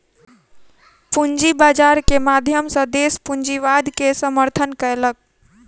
पूंजी बाजार के माध्यम सॅ देस पूंजीवाद के समर्थन केलक